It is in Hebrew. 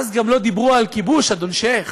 אז גם לא דיברו על כיבוש, אדון שיח',